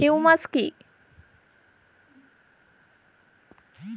Humus কি?